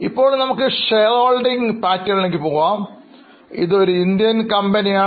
ഇപ്പോൾ നമുക്ക് Shareholding പാറ്റേൺലേക്ക് പോകാം ഇത് ഒരു ഇന്ത്യൻ കമ്പനിയാണ്